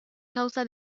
causa